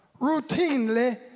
routinely